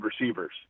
receivers